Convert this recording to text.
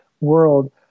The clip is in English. world